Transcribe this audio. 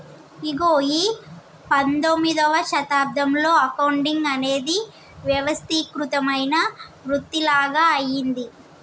ఇగో ఈ పందొమ్మిదవ శతాబ్దంలో అకౌంటింగ్ అనేది వ్యవస్థీకృతమైన వృతిలాగ అయ్యింది